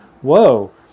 Whoa